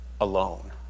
alone